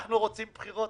אנחנו רוצים בחירות?